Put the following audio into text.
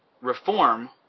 reform